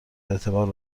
اعتبار